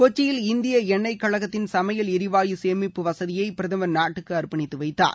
கொச்சியில் இந்திய எண்ணெய் கழகத்தின் சமையல் எரிவாயு சேமிப்பு வசதியை பிரதமர் நாட்டுக்கு அர்பனித்து வைத்தார்